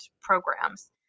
programs